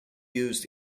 used